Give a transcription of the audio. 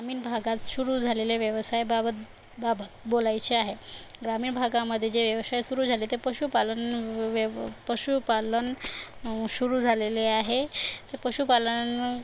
ग्रामीण भागात सुरू झालेले व्यवसायाबाबत बाबत बोलायचे आहे ग्रामीण भागामध्ये जे व्यवसाय सुरू झाले ते पशुपालन व्यव पशुपालन सुरू झालेले आहे तर पशुपालन